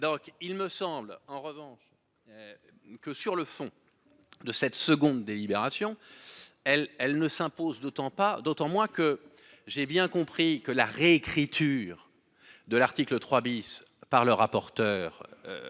Donc il me semble en revanche. Que sur le fond de cette seconde délibération elle elle ne s'impose d'autant pas d'autant moins que j'ai bien compris que la réécriture de l'article 3 bis par le rapporteur.